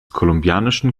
kolumbianischen